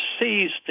seized